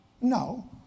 No